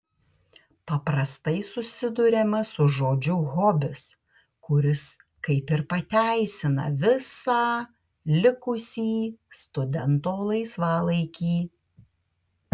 paprastai susiduriama su žodžiu hobis kuris kaip ir pateisina visą likusį studento laisvalaikį